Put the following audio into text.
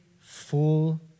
full